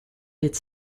its